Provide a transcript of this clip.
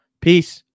Peace